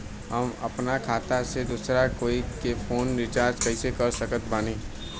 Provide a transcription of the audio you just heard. हम अपना खाता से दोसरा कोई के फोन रीचार्ज कइसे कर सकत बानी?